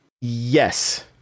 Yes